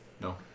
No